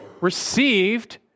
received